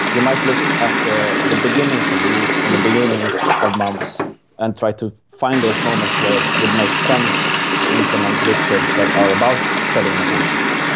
you might look at the the beginnings of weeks and the beginnings of months and try to find those moments where it would make sense to implement rituals that are about setting intentions,